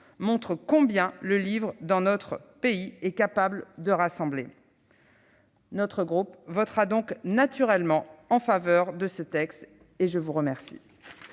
montre combien le livre, dans notre pays, est capable de rassembler. Notre groupe votera naturellement en faveur de ce texte. La parole est à M.